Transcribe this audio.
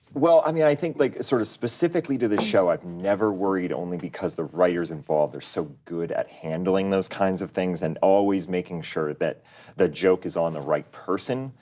well, i mean, i think like sort of specifically to this show i've never worried only because the writers involved are so good at handling those kinds of things and always making sure that the joke is on the right person.